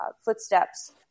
footsteps